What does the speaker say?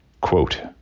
Quote